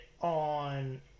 on